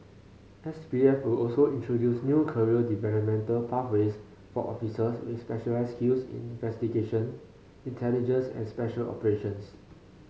S P F will also introduce new career developmental pathways for officers with specialised skills in investigation intelligence and special operations